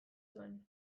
zuen